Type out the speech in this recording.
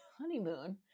honeymoon